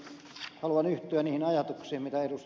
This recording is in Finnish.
haluan yhtyä niihin ajatuksiin mitä ed